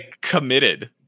committed